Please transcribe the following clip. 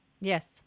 yes